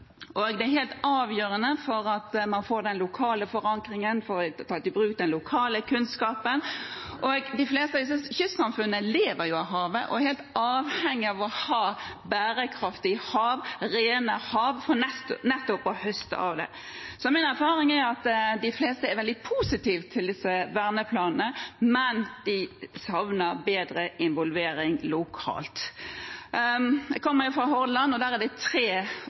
det er helt avgjørende for at man får den lokale forankringen, får tatt i bruk den lokale kunnskapen. De fleste av disse kystsamfunnene lever jo av havet og er helt avhengige av å ha bærekraftige hav, rene hav, for nettopp å høste av dem. Så min erfaring er at de fleste er veldig positive til disse verneplanene, men at de savner bedre involvering lokalt. Jeg kommer fra Hordaland, og der er det tre